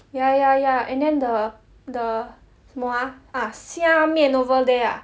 ya ya ya and then the the 什么 ah 虾面 over there ah